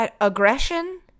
aggression